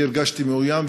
אני הרגשתי מאוים,